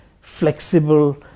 flexible